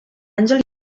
àngel